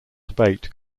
debate